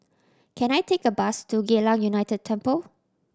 can I take a bus to Geylang United Temple